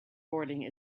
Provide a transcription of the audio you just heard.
boarding